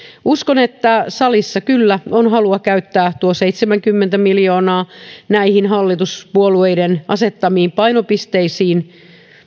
uskon että salissa kyllä on halua käyttää tuo seitsemänkymmentä miljoonaa näihin hallituspuolueiden asettamiin painopisteisiin